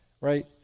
right